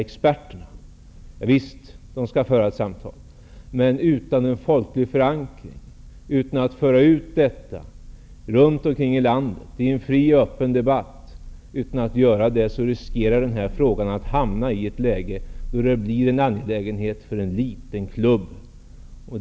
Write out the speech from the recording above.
Experterna, javisst, de skall föra ett samtal, men utan en folklig förankring, utan en fri och öppen debatt i landet riskerar frågan att hamna i ett läge där det här blir en angelägenhet för en liten klubb.